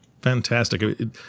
Fantastic